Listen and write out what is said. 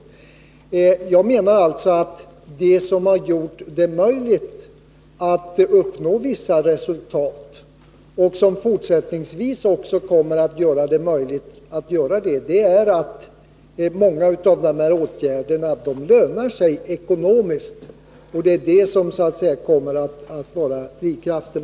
Jag menar alltså att det som har gjort det möjligt att uppnå vissa resultat och som kommer att göra det möjligt också fortsättningsvis är att många av de här åtgärderna lönar sig ekonomiskt. Det är så att säga drivkraften.